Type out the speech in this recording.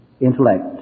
intellect